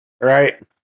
Right